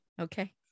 Okay